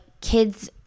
kids